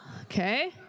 okay